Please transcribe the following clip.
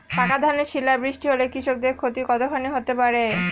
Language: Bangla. পাকা ধানে শিলা বৃষ্টি হলে কৃষকের ক্ষতি কতখানি হতে পারে?